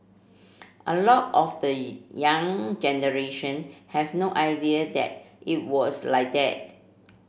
a lot of the young generation have no idea that it was like that